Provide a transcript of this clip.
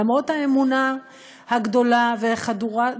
למרות האמונה הגדולה והחדורה,